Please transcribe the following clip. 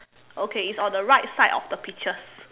okay it's on the right side of the peaches